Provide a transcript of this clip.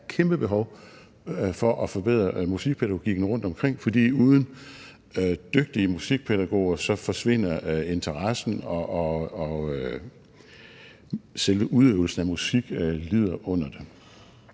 er et kæmpebehov for at forbedre musikpædagogikken rundtomkring, for uden dygtige musikpædagoger forsvinder interessen, og selve udøvelsen af musik lider under det.